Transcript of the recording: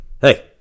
Hey